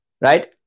Right